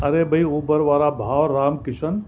अरे भई ऊबर वारा भाउ रामकिशन